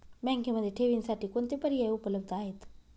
बँकेमध्ये ठेवींसाठी कोणते पर्याय उपलब्ध आहेत?